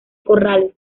corrales